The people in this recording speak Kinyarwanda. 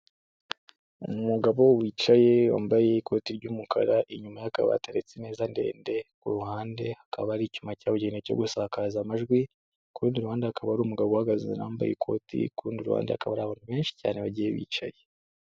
Umugabo wicaye, wambaye ikoti ry'umukara, inyuma ye hakaba hateretse imeza ndende, ku ruhande, hakaba ari icyuma cyabugenewe cyo gusakaza amajwi, ku rundi ruhande hakaba hari umugabo uhagaze wambaye ikoti, ku rundi ruhande hakaba abantu benshi cyane bagiye bicaye.